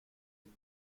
den